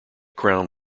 crown